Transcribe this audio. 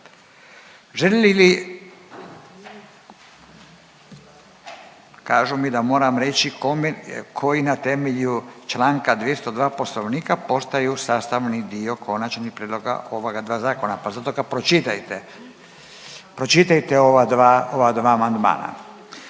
kreditiranju. Kažu da da moram reći koji na temelju čl. 202. poslovnika postaju sastavni dio konačnog prijedloga ova dva zakona, pa zato ga pročitajte, pročitajte ova dva amandmana